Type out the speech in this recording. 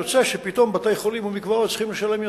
יוצא שפתאום בתי-חולים ומקוואות צריכים לשלם יותר.